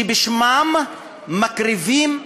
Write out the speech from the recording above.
שבשמם מקריבים,